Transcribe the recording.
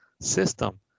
system